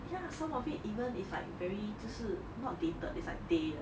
ya some of it even is like very 就是 not dated is like day 的